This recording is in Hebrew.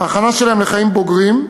ההכנה שלהם לחיים בוגרים,